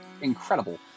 incredible